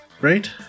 Right